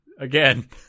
again